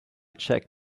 check